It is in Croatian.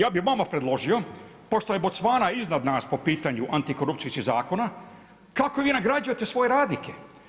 Ja bi vama predložio pošto je Bocvana iznad nad po pitanju antikorupcijskih zakona, kako vi nagrađujete svoje radnike?